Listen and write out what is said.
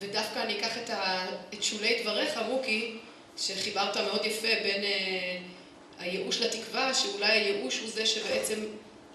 ודווקא אני אקח את שולי דבריך רוקי שחיברת מאוד יפה בין היאוש לתקווה שאולי היאוש הוא זה שבעצם